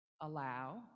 allow